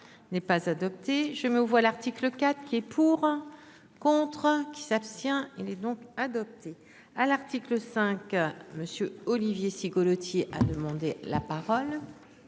aux voix l'article 4 qui est pour. Contre qui s'abstient. Il est donc adopté à l'article 5. Monsieur Olivier Cigolotti a demandé la parole.